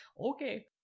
Okay